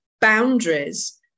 boundaries